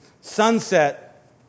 Sunset